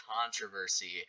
controversy